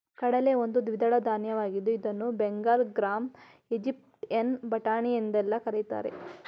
ಕಡಲೆ ಒಂದು ದ್ವಿದಳ ಧಾನ್ಯವಾಗಿದ್ದು ಇದನ್ನು ಬೆಂಗಲ್ ಗ್ರಾಂ, ಈಜಿಪ್ಟಿಯನ್ ಬಟಾಣಿ ಎಂದೆಲ್ಲಾ ಕರಿತಾರೆ